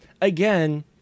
again